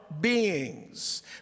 beings